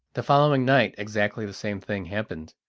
the following night exactly the same thing happened,